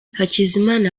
hakizimana